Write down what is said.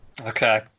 Okay